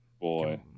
Boy